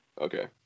okay